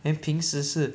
eh 平时是